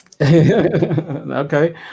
okay